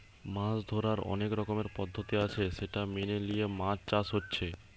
মাছ ধোরার অনেক রকমের পদ্ধতি আছে সেটা মেনে লিয়ে মাছ চাষ হচ্ছে